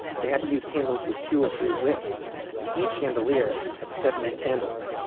they had to use candles with two or three wicks and each chandelier had seventy candles